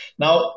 Now